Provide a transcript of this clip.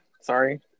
sorry